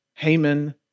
Haman